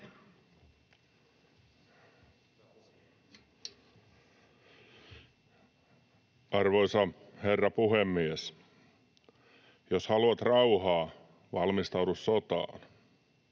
Arvoisa herra puhemies! ”Jos haluat rauhaa, valmistaudu sotaan.”